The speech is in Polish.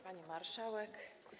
Pani Marszałek!